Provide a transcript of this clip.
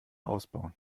ausbauen